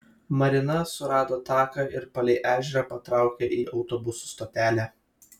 marina surado taką ir palei ežerą patraukė į autobusų stotelę